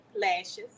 Lashes